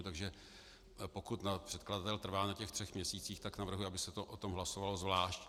Takže pokud předkladatel trvá na těch třech měsících, tak navrhuji, aby se o tom hlasovalo zvlášť.